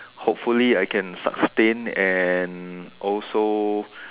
hopefully I can sustain and also